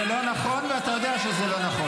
לא קראת לו אפילו פעם אחת.